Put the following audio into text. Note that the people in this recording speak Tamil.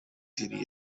திரிய